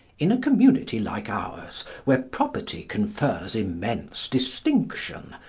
in a community like ours, where property confers immense distinction,